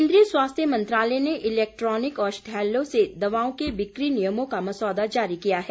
केंद्रीय स्वास्थ्य मंत्रालय ने इलैक्टॉनिक औषधालयों से दवाओं के बिकी नियमों का मसौदा जारी किया है